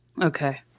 Okay